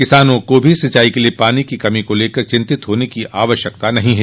किसानों को भी सिंचाई के लिये पानी की कमी को लेकर चिंतित होने की आवश्यकता नहीं है